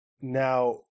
Now